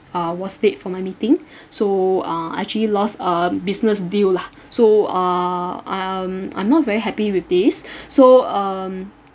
uh was late for my meeting so uh I actually lost a business deal lah so uh I'm I'm not very happy with this so um